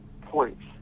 points